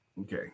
okay